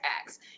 acts